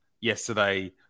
yesterday